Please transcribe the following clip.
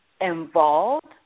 involved